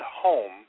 home